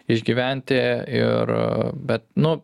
išgyventi ir bet nu